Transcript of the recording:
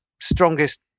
strongest